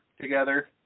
together